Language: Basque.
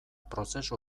prozesu